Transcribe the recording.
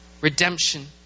redemption